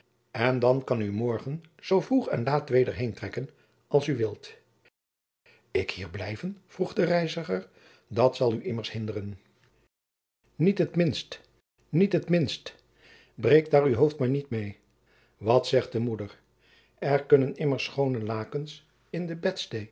en dan kan oe morgen zoo vroeg en laôt weder heen trekken als oe wilt ik hier blijven vroeg de reiziger dat zal u immers hinderen niet het minst niet het minst breek daôr oe hoofd maôr niet met wat zegt oe moeder er jacob van lennep de pleegzoon kunnen immers schoone lakens in de